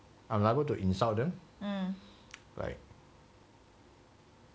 I'm liable to insult them like